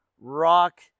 rock